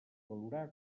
valorar